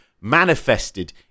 manifested